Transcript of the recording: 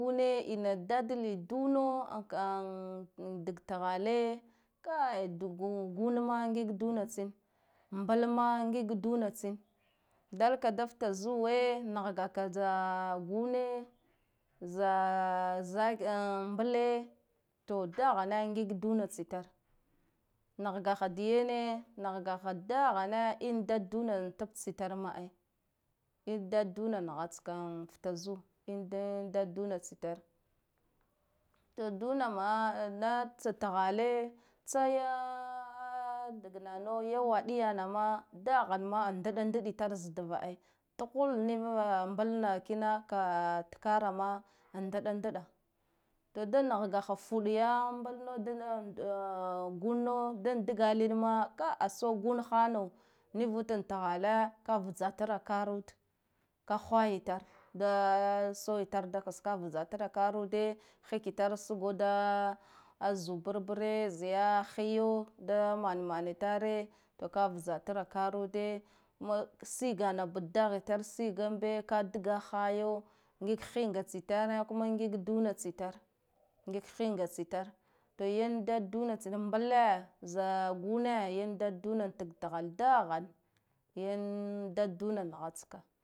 Une ina dad i duna dag thale kai dug gun ngig duna tsin mblma ngig duna tsin, dalaka dafta zuwe nah gaka da gune za mble to dahane ngina duna tsitare nahgaha dayane nahgaha dahane in dad duna tab tsitare ma ai ni dad duna naha tska fta zoo in dad duna tsitare, to duna ma tsa tahale tsoya dagnana ya waɗiya ma da han ma ndaɗa ndaɗa itare za dva ai, tuhd nive mblna ka tkara ma ndaɗa ndaɗa to da nah gaha fud ya mblna dana guno da dgala in makabo gun hjano nivud an thabe ka vtsatra karu de ka hwaya tare da so yitare da kskava vtsa tra karude fiki tare sugo da zu burbure zai ya hiyo da mana yitare, to ka vtstra karu de kuma sigana bdahitare siganbe ka duga hayo ngiga hinka tsitare kumangiga duna tsitare, ngig hinga tsitare to yan dad duna tsa mble za gune yan dad duna daag dahal dahane yan dad duna na hatska.